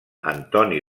antoni